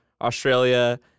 Australia